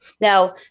Now